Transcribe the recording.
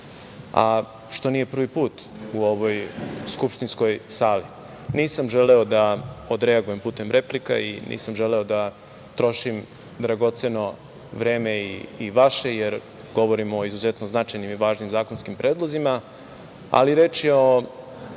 a što nije prvi put u ovoj skupštinskoj sali. Nisam želeo da odreagujem putem replika i nisam želeo da trošim dragoceno vreme i vaše, jer govorimo o izuzetno značajnim i važnim zakonskim predlozima, ali reč je o